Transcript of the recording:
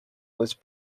was